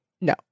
No